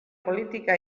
politika